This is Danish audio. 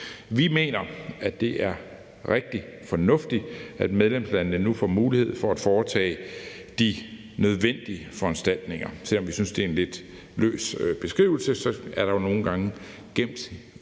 Vi mener, at det er rigtig fornuftigt, at medlemslandene nu får mulighed for at foretage de nødvendige foranstaltninger, selv om vi synes, det er en lidt løs beskrivelse, men der er jo nogle gange gemt gode